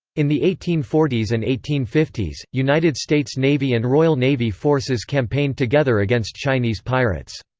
in the eighteen forty s and eighteen fifty united states navy and royal navy forces campaigned together against chinese pirates.